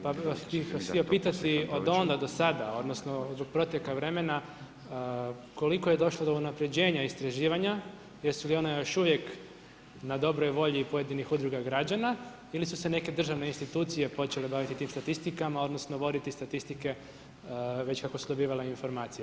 Pa bih vas htio pitati od onda do sada, odnosno od proteka vremena, koliko je došlo do unapređenja istraživanja, jesu li ona još uvijek na dobroj volji pojedinih udruga građana ili su se neke državne institucije počele baviti tim statistikama, odnosno voditi statistike već kako su dobivale informacije?